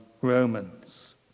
Romans